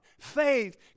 Faith